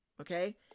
Okay